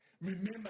remember